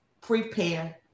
prepare